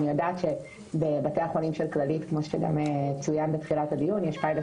אני יודעת שבבתי החולים של כללית - כמו שגם צוין בתחילת הדיון - יש פיילוט